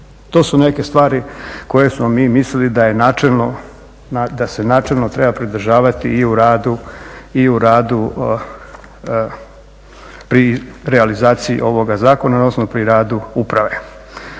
to su neke stvari koje smo mi mislili da se načelno treba pridržavati i u radu pri realizaciji ovoga zakona odnosno pri radu uprave.